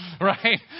right